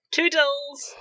Toodles